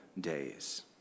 days